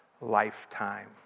lifetime